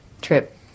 trip